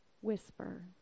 whisper